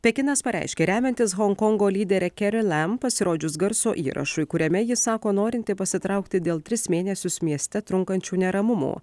pekinas pareiškė remiantis honkongo lyderę keri lem pasirodžius garso įrašui kuriame ji sako norinti pasitraukti dėl tris mėnesius mieste trunkančių neramumų